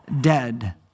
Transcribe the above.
dead